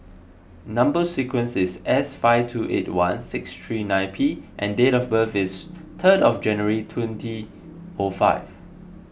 Number Sequence is S five two eight one six three nine P and date of birth is third of January twenty O five